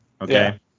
okay